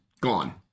gone